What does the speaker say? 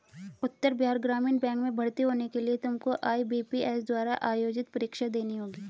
उत्तर बिहार ग्रामीण बैंक में भर्ती होने के लिए तुमको आई.बी.पी.एस द्वारा आयोजित परीक्षा देनी होगी